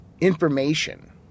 information